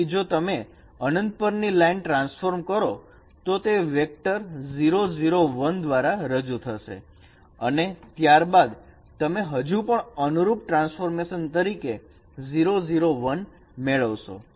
તેથી જો તમે અનંત પરની લાઈન ટ્રાન્સફોર્મ કરો તો તે વેક્ટર દ્વારા રજૂ થશે અને ત્યારબાદ તમે હજુ પણ અનુરૂપ ટ્રાન્સફોર્મેશન તરીકે મેળવશો